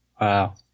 Wow